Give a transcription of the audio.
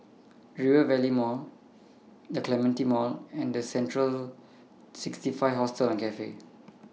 Rivervale Mall The Clementi Mall and Central sixty five Hostel and Cafe